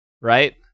right